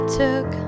took